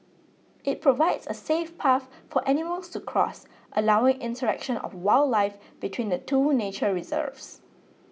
it provides a safe path for animals to cross allowing interaction of wildlife between the two nature reserves